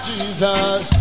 Jesus